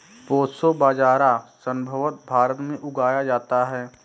proso बाजरा संभवत भारत में उगाया जाता है